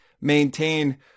maintain